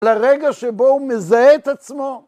לרגע שבו הוא מזהה את עצמו.